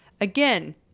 Again